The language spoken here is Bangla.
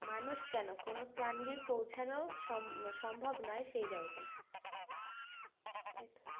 মানুষ কেন কোনো প্রাণীরই পৌঁছানো সম সম্ভব নয় সেই জায়গায় তাইতো